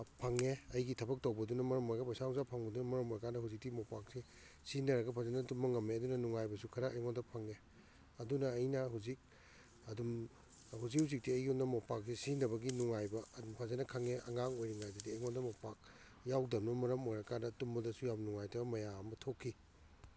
ꯐꯪꯉꯦ ꯑꯩꯒꯤ ꯊꯕꯛ ꯇꯧꯕꯗꯨꯅ ꯃꯔꯝ ꯑꯣꯏꯔꯒ ꯄꯩꯁꯥ ꯅꯨꯡꯁꯥ ꯐꯪꯕꯗꯨꯅ ꯃꯔꯝ ꯑꯣꯏꯔꯀꯥꯟꯗ ꯍꯧꯖꯤꯛꯇꯤ ꯃꯣꯝꯄꯥꯛꯁꯦ ꯁꯤꯖꯤꯟꯅꯔꯒ ꯐꯖꯅ ꯇꯨꯝꯕ ꯉꯝꯃꯦ ꯑꯗꯨꯅ ꯅꯨꯡꯉꯥꯏꯕꯁꯨ ꯈꯔ ꯑꯩꯉꯣꯟꯗ ꯐꯪꯉꯦ ꯑꯗꯨꯅ ꯑꯩꯅ ꯍꯧꯖꯤꯛ ꯑꯗꯨꯝ ꯍꯧꯖꯤꯛ ꯍꯧꯖꯤꯛꯇꯤ ꯑꯩꯉꯣꯟꯗ ꯃꯣꯝꯄꯥꯛꯁꯤ ꯁꯤꯖꯤꯟꯅꯕꯒꯤ ꯅꯨꯡꯉꯥꯏꯕ ꯑꯗꯨꯝ ꯐꯖꯅ ꯈꯪꯉꯦ ꯑꯉꯥꯡ ꯑꯣꯏꯔꯤꯉꯥꯏꯗꯗꯤ ꯑꯩꯉꯣꯟꯗ ꯃꯣꯝꯄꯥꯛ ꯌꯥꯎꯗꯕꯅ ꯃꯔꯝ ꯑꯣꯏꯔꯀꯥꯟꯗ ꯇꯨꯝꯕꯗꯁꯨ ꯌꯥꯝ ꯅꯨꯡꯉꯥꯏꯇꯕ ꯃꯌꯥꯝ ꯑꯃ ꯊꯣꯛꯈꯤ